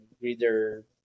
reader